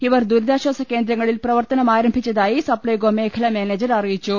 ഇവർ ദുരിതാശ്ചാസ കേന്ദ്രങ്ങളിൽ പ്രവർത്തനമാരംഭിച്ചതായി സപ്ലൈകോ മേഖലാ മാനേജർ അറി യിച്ചു